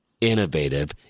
innovative